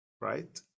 right